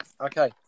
Okay